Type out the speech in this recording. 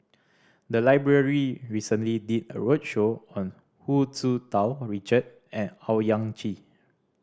the library recently did a roadshow on Hu Tsu Tau Richard and Owyang Chi